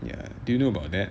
ya do you know about that